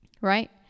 right